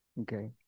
Okay